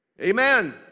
Amen